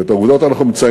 אדוני.